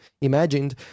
imagined